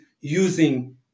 using